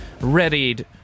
readied